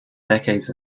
decades